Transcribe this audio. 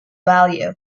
value